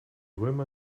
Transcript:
römer